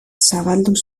zabaldu